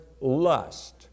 lust